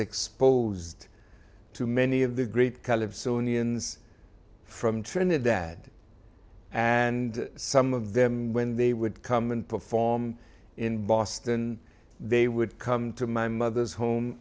exposed to many of the great calypsonian zx from trinidad and some of them when they would come and perform in boston they would come to my mother's home